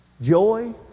joy